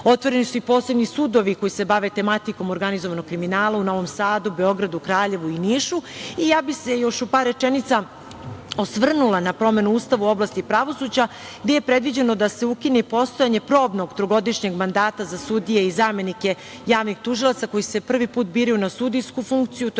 borbi. Otvoreni su i posebni sudovi koji se bave tematikom organizovanog kriminala u Novom Sadu, Beogradu, Kraljevu i Nišu. Ja bih se još u par rečenica osvrnula na promenu Ustava u oblasti pravosuđa gde je predviđeno da se ukine i postojanje probnog trogodišnjeg mandata za sudije i zamenike javnih tužilaca koji se prvi put biraju na sudijsku funkciju,